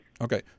Okay